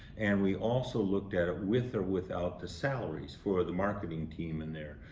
and we also looked at it with or without the salaries for the marketing team in there.